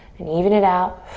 and even it out.